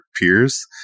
peers